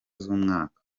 z’umwaka